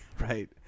right